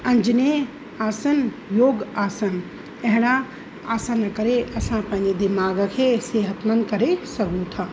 अंजिनय आसन योगु आसन अहिड़ा आसन करे असां पंहिंजे दिमाग़ खे सिहतमंद करे सघूं था